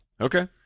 Okay